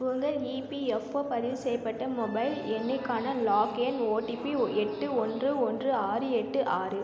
உங்கள் இபிஎஃப்ஓ பதிவு செய்யப்பட்ட மொபைல் எண்ணுக்கான லாக்இன் ஓடிபி எட்டு ஒன்று ஒன்று ஆறு எட்டு ஆறு